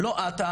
לא את,